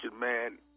man